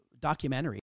documentary